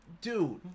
Dude